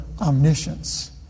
omniscience